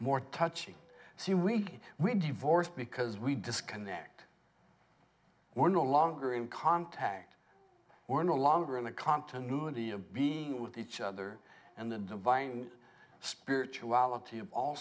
more touchy see we we divorced because we disconnect we're no longer in contact we're no longer in a continuity of being with each other and the divine spirituality of all